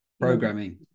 programming